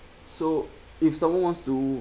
so if someone wants to